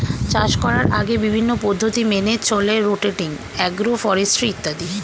চাষ করার আগে বিভিন্ন পদ্ধতি মেনে চলে রোটেটিং, অ্যাগ্রো ফরেস্ট্রি ইত্যাদি